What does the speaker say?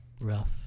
rough